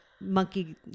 monkey